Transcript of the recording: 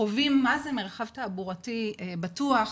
חווים מה זה מרחב תעבורתי בטוח,